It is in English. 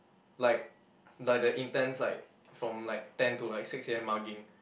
like like the intense like from like ten to like six A_M mugging